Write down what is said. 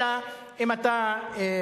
אלא אם כן אתה מתעכב: